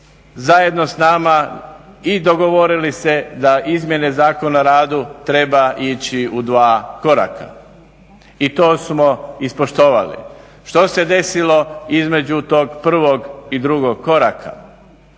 zajedno s nama i dogovorili se da izmjene Zakona o radu treba ići u dva koraka i to smo ispoštovali. Što se desilo između tog prvog i drugog koraka?